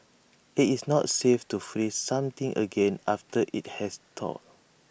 IT is not safe to freeze something again after IT has thawed